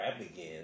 again